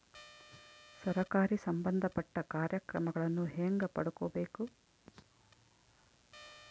ಸರಕಾರಿ ಸಂಬಂಧಪಟ್ಟ ಕಾರ್ಯಕ್ರಮಗಳನ್ನು ಹೆಂಗ ಪಡ್ಕೊಬೇಕು?